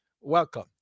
welcome